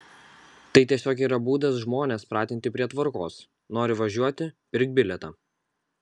tai tiesiog yra būdas žmones pratinti prie tvarkos nori važiuoti pirk bilietą